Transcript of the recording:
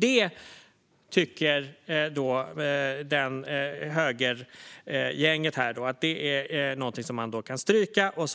Det tycker högergänget här att man kan stryka; det